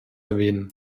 erwähnen